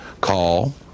call